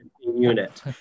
unit